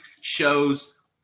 shows